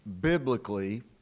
biblically